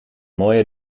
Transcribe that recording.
mooie